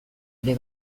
ere